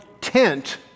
tent